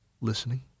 listening